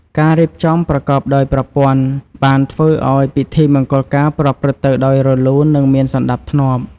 ការរៀបចំប្រកបដោយប្រព័ន្ធបានធ្វើឱ្យពិធីមង្គលការប្រព្រឹត្តទៅដោយរលូននិងមានសណ្តាប់ធ្នាប់។